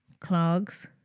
clogs